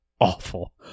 awful